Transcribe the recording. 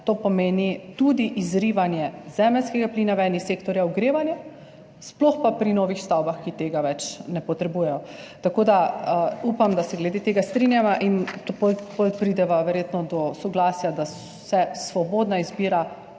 to pomeni tudi izrivanje zemeljskega plina iz sektorja ogrevanja, sploh pa pri novih stavbah, ki tega več ne potrebujejo. Upam, da se glede tega strinjava in potem verjetno prideva do soglasja, da se svobodna izbira